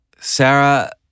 Sarah